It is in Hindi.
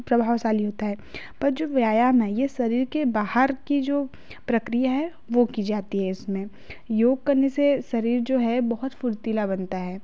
प्रभावशाली होता है पर जो व्यायाम ये शरीर के बाहर की जो प्रक्रिया है वो की जाती है उसमें योग करने से शरीर जो है बहुत फुर्तीला बनता है